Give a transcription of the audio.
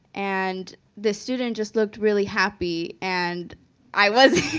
and the student just looked really happy, and i wasn't.